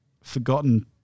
forgotten